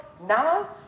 now